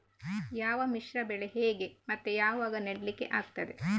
ಯಾವ ಮಿಶ್ರ ಬೆಳೆ ಹೇಗೆ ಮತ್ತೆ ಯಾವಾಗ ನೆಡ್ಲಿಕ್ಕೆ ಆಗ್ತದೆ?